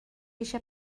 eisiau